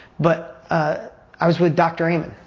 but i was with dr. ammon,